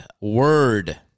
word